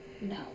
No